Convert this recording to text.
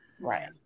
right